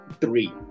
three